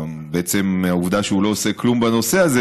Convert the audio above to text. ובעצם העובדה שהוא לא עושה כלום בנושא הזה,